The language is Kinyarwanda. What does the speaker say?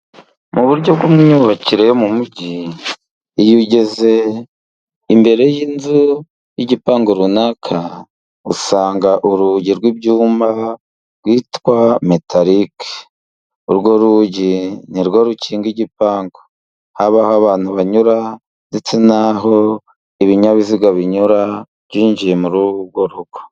Mu buryo bw'imyubakire yo mu mijyi iyo ugeze imbere y'inzu y'igipangu runaka usanga urugi rw'ibyuma rwitwa metarike. Urwo rugi ni narwo rukinga igipangu haba aho abantu banyura ndetse naho ibinyabiziga binyura byinjiye muri urwo rugo.